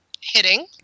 hitting